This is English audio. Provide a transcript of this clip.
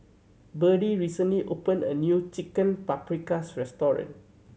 Birdie recently opened a new Chicken Paprikas Restaurant